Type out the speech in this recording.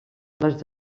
les